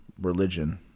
religion